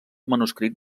manuscrit